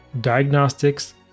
diagnostics